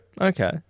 Okay